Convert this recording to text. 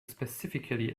specifically